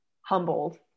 humbled